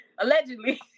Allegedly